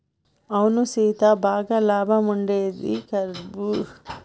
అవును సీత బాగా లాభం ఉండేది కర్బూజా పంట దీన్ని ఎండకాలంతో వేస్తారు